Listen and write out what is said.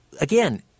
again